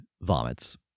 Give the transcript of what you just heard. vomits